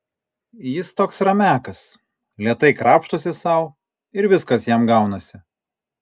jis toks ramiakas lėtai krapštosi sau ir viskas jam gaunasi